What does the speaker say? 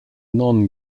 non